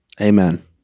amen